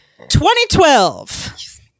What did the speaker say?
2012